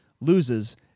loses